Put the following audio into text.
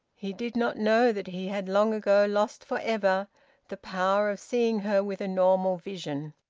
he did not know that he had long ago lost for ever the power of seeing her with a normal vision.